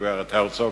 גברת הרצוג,